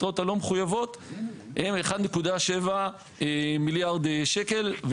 היתרות הלא מחויבות הן 1.7 מיליארד שקל.